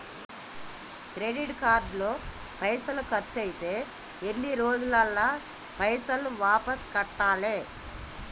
Credit card లో పైసల్ ఖర్చయితే ఎన్ని రోజులల్ల పైసల్ వాపస్ కట్టాలే?